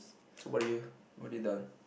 so what do you what do you done